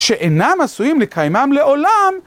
שאינם עשויים לקיימם לעולם.